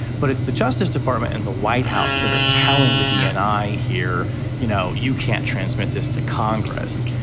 but it's the justice department and the white house that are telling the dni here you know you can't transmit this to congress.